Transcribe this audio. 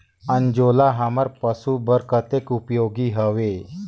अंजोला हमर पशु बर कतेक उपयोगी हवे?